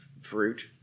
Fruit